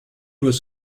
was